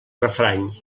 refrany